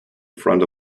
front